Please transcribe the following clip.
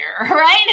right